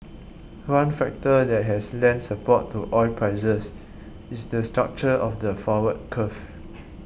one factor that has lent support to oil prices is the structure of the forward curve